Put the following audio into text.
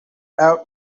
out